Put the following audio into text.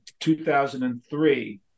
2003